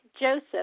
Joseph